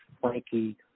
Frankie